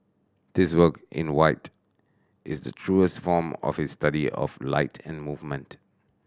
this work in white is the truest form of his study of light and movement